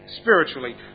spiritually